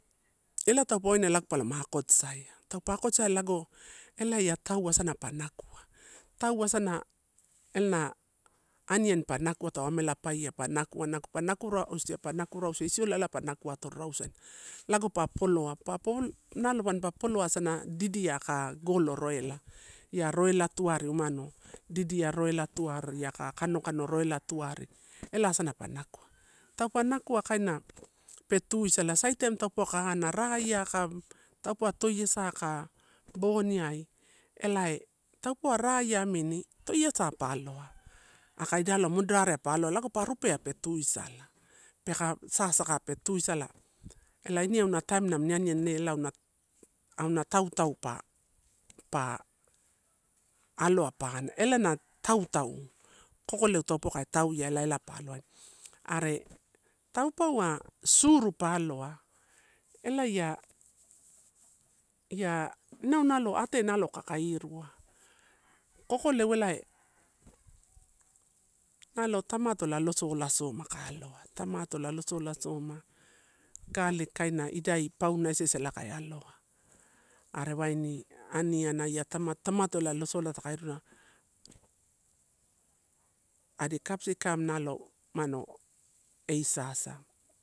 Ela kapoin elak pala makots saia. To makots saia lago, elaia taua sana panakoa. Taua sana ena, anian panakoa toa mela paia panakoa na panakoa na panakoa rausu, sulele panakoa torausuan. Lagu papoloap, pa pul nalo banba puloa sana didia ka golo roila, ia roila tua lumano, didia roila tua aria ka kanokano roila tua ari, ela sono panakoa. To panakoa kana petusala saitem to pokahana raia ka topa toiasa ka, boniai. Elae taupu araia mini, to paloa. Akaidia lo mundare paloa lagu paru peapea tusala. Peka sasaka pe tusala, ela niun nakam na nian nian nelao na kau taupa. Pa aloa pan elena tautau, kokoleu topoka tau iala ela paloa. Are, taupaua suru paloa, elaia ia nau nalo ate nalo kakaei irua. Kokoleu elae, nalo tamato lalosola soma ka loa, tamato lalosola soma, kale kain na idai pauna sesela kain loa. Aria baini anianaia tam-tamato lasolo takai adi kapsikum nalo mano ei sasa.